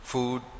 Food